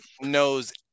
knows